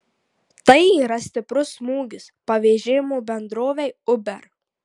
tai yra stiprus smūgis pavėžėjimo bendrovei uber